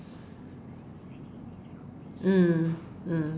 mm mm